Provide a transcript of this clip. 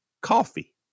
coffee